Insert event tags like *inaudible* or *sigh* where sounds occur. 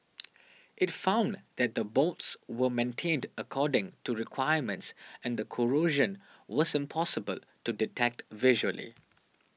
*noise* it found that the bolts were maintained according to requirements and the corrosion was impossible to detect visually